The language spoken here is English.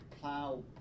plow